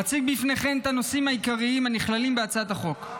אציג בפניכם את הנושאים העיקריים הנכללים בהצעת החוק: